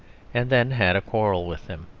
and then had a quarrel with them.